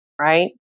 right